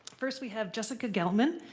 first, we have jessica gellman,